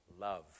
love